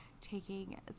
taking